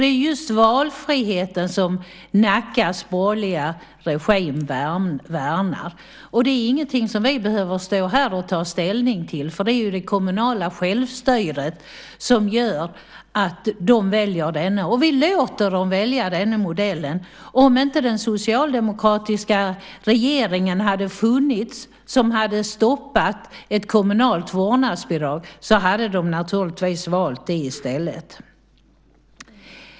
Det är just valfriheten som Nackas borgerliga regim värnar. Det är ingenting som vi behöver stå här och ta ställning till. Det är ju det kommunala självstyret som gör att de väljer detta. Vi låter dem välja denna modell. Om inte den socialdemokratiska regeringen hade funnits, som stoppade ett kommunalt vårdnadsbidrag, hade de naturligtvis valt det i stället.